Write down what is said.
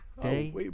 day